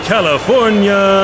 California